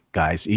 guys